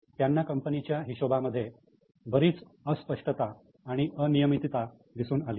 त्यांना कंपनीच्या हिशोबामध्ये बरीच अस्पष्टता आणि अनियमितता दिसून आली